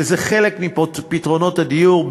וזה חלק מפתרונות הדיור,